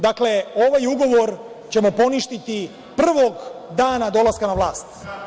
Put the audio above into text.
Dakle, ovaj Ugovor ćemo poništiti prvog dana dolaska na vlast.